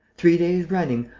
three days running,